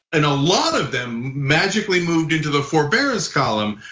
and a lot of them magically moved into the forbearance column,